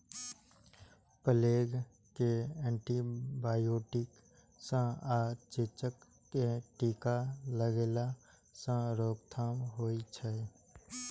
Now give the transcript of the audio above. plague कें antibiotic सं आ चेचक कें टीका लगेला सं रोकथाम होइ छै